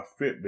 Fitbit